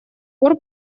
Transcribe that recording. пор